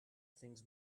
things